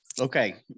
Okay